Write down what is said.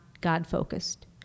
God-focused